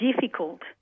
difficult